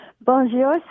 Bonjour